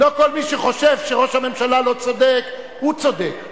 לא כל מי שחושב שראש הממשלה לא צודק, הוא צודק.